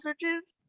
searches